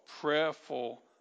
prayerful